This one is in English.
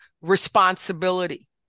responsibility